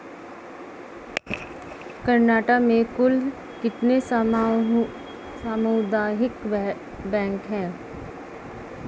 कर्नाटक में कुल कितने सामुदायिक बैंक है